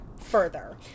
further